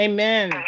Amen